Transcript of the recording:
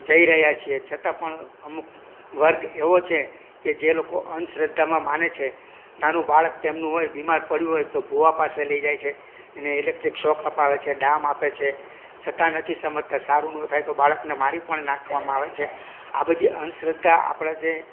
જઈ રહ્યાં છીએ છતાં પણ અમુક વર્ગ એવો છે કે જે લોકો અંશ્રદ્ધામાં માને છે નાનું બાળક તેમનું હોય બીમાર પડ્યું હોય તો ભુવા પાસે લઈ જાય છે અને ઇલેક્ટ્રીક શોક અપાવે છે ડામ આપે છે છતાં નથી સમજતા સારું ન થાય તો બાળકને મારી પણ નાખવામાં આવે છે આ બધી અંધશ્રદ્ધા આપણે જે